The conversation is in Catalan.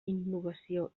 innovació